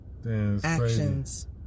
actions